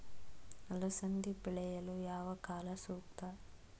ಅಲಸಂದಿ ಬೆಳೆಯಲು ಯಾವ ಕಾಲ ಸೂಕ್ತ?